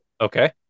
Okay